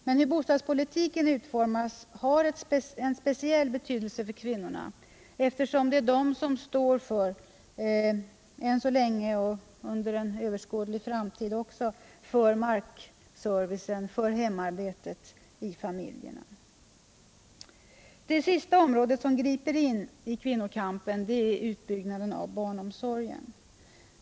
Men hur bostadspolitiken utformas har en speciell betydelse för kvinnorna, eftersom det är de som än så länge och under en överskådlig framtid står för markservicen, för hemarbetet i familjerna. Det sista området som griper in i kvinnokampen är utbyggnaden av barnomsorgen.